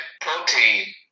protein